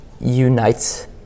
unites